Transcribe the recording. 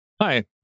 Hi